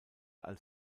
als